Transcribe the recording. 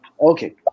Okay